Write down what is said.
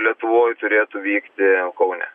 lietuvoj turėtų vykti kaune